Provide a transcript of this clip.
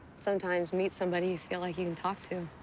sometimes meet somebody you feel like you can talk to.